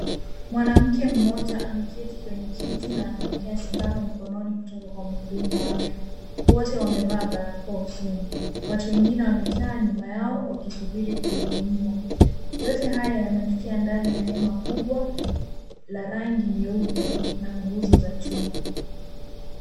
Mwanamke mmoja ameketi kwenye kiti na anapokea sindano mkononi kutoka kwa mhudumu wa afya, wote wamevaa barakoa usoni. Watu wengine wamekaa nyuma yao wakisubiri kuhudumiwa. Yote haya yanatukia ndani ya hema kubwa la rangi nyeupe na nguzo za chuma.